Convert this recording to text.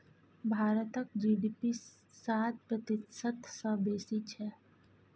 भारतक जी.डी.पी सात प्रतिशत सँ बेसी छै